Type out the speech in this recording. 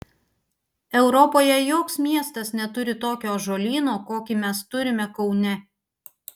europoje joks miestas neturi tokio ąžuolyno kokį mes turime kaune